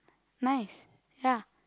nice ya